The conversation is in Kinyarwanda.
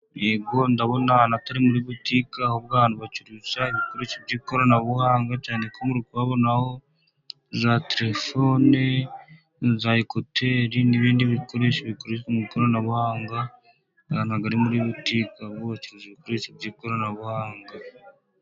Yego ndabona hano atari muri butike, ahubwo aha hantu bacuruza ibikoresho by'ikoranabuhanga, cyane ko muri kuhabonaho za telefone, za ekuteri n'ibindi bikoresho bikoreshwa mu ikoranabuhanga. Aha nta bwo ari muri butike ahubwo bacuruza ibikoresho by'ikoranabuhanga.